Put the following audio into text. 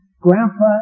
grandpa